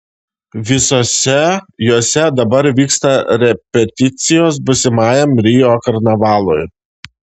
visose jose dabar vyksta repeticijos būsimajam rio karnavalui